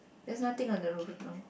there's nothing on the roof no